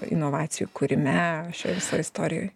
inovacijų kūrime šioj visoj istorijoj